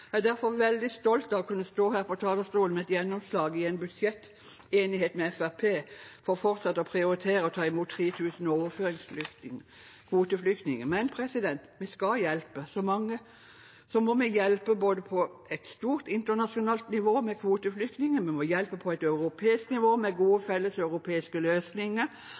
Jeg er derfor veldig stolt av å kunne stå her på talerstolen med et gjennomslag i en budsjettenighet med Fremskrittspartiet om fortsatt å ta imot 3 000 kvoteflyktninger. Men når vi skal hjelpe så mange, må vi hjelpe både på et stort, internasjonalt nivå med kvoteflyktninger, vi må hjelpe på et europeisk nivå med gode felleseuropeiske løsninger,